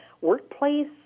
workplace